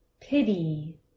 pity